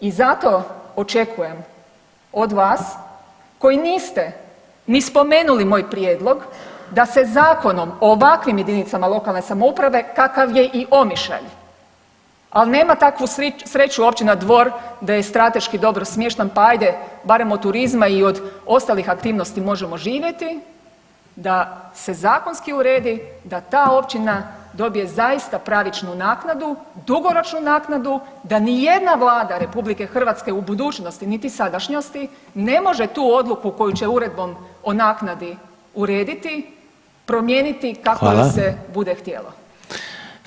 I zato očekujem od vas koji niste ni spomenuli moj prijedlog da se zakonom ovakvim jedinicama lokalne samouprave kakav je i Omišalj, ali nema takvu sreću općina Dvor da je strateški dobro smješten pa ajde barem od turizma i od ostalih aktivnosti možemo živjeti, da se zakonski uredi da ta općina dobije zaista pravičnu naknadu, dugoročnu naknadu da ni jedna Vlada RH u budućnosti niti sadašnjosti ne može tu odluku koju će uredbom o naknadi urediti promijeniti [[Upadica: Hvala.]] kako joj se bude htjelo.